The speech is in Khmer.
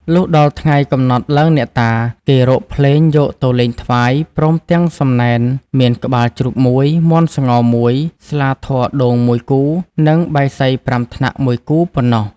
លុះដល់ថ្ងៃកំណត់ឡើងអ្នកតា គេរកភ្លេងយកទៅលេងថ្វាយ ព្រមទាំងសំណែនមានក្បាលជ្រូក ១ មាន់ស្ងោរ ១ ស្លាធម៌ដូង ១គូ និងបាយសី ៥ថ្នាក់ ១គូ ប៉ុណ្ណោះ ។